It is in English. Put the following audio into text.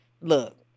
Look